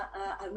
משפט סיכום.